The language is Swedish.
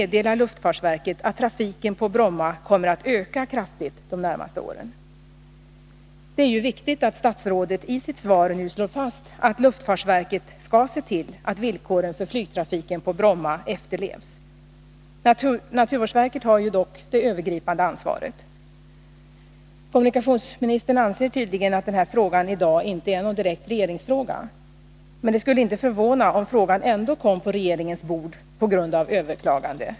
Det är viktigt att statsrådet i sitt svar nu slår fast att luftfartsverket skall se till att villkoren för flygtrafiken på Bromma efterlevs. Naturvårdsverket har dock det övergripande ansvaret. Kommunikationsministern anser tydligen att den här frågan i dag inte är någon direkt regeringsfråga. Men det skulle inte förvåna om frågan ändå kom på regeringens bord på grund av överklagande.